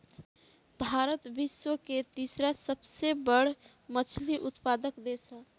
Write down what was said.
भारत विश्व के तीसरा सबसे बड़ मछली उत्पादक देश ह